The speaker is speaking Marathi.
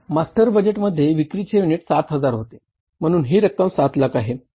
मास्टर बजेट मध्ये विक्रीचे युनिट 7000 हजार होते म्हणून ही रक्क्म 7 लाख आहे